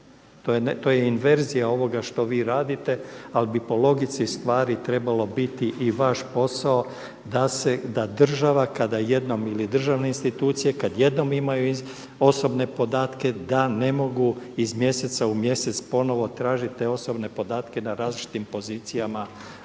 To je inverzija ovoga što vi radite, ali bi po logici stvari trebalo biti i vaš posao da se, da država kada jednom ili državne institucije kad jednom imaju osobne podatke da ne mogu iz mjeseca u mjesec ponovo tražit te osobne podatke na različitim pozicijama